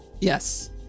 Yes